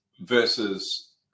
versus